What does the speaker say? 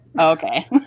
Okay